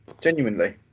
Genuinely